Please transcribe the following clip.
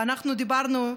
ואנחנו דיברנו,